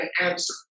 answer